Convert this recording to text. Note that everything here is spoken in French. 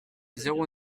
zéro